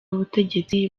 n’ubutegetsi